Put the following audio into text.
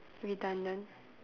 redundant